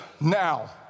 Now